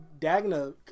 dagna